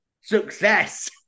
Success